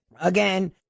Again